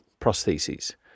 prostheses